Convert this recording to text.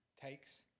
takes